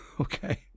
Okay